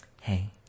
hey